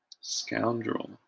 Scoundrel